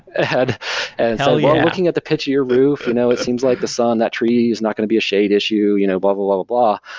ah and so yeah looking at the pitch of your roof, you know it seems like the sun, that tree is not going to be a shade issue, you know blah, blah, blah, blah,